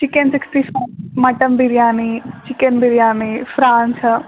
chicken sixty five mutton biryani chicken biryani France